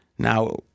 Now